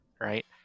Right